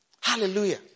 Hallelujah